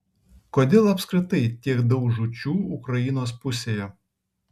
kodėl apskritai tiek daug žūčių ukrainos pusėje